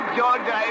George